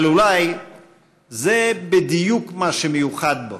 אבל אולי זה בדיוק מה שמיוחד בו,